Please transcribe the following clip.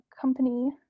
company